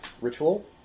ritual